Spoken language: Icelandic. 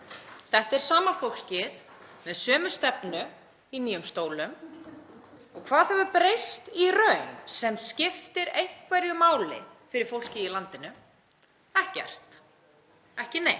Þetta er sama fólkið með sömu stefnu í nýjum stólum. Og hvað hefur breyst í raun sem skiptir einhverju máli fyrir fólkið í landinu? Ekkert. Ekki neitt.